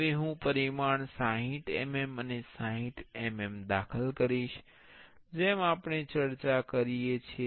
હવે હું પરિમાણ 60 mm અને 60 mm દાખલ કરીશ જેમ આપણે ચર્ચા કરી છે